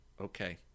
okay